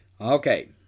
Okay